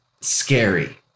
scary